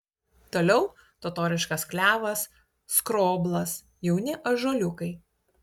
toliau totoriškas klevas skroblas jauni ąžuoliukai